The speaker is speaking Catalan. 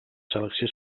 selecció